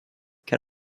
can